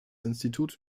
institut